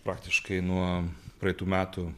praktiškai nuo praeitų metų